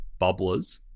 bubblers